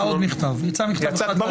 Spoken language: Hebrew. יצא עוד מכתב אליך,